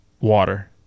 water